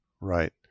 right